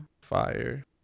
Fire